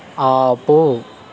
ఆపు